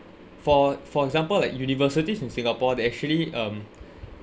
for for example like universities in singapore they actually um